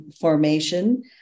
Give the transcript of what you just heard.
formation